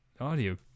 Audio